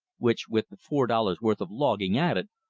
which with the four dollars' worth of logging added,